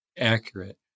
accurate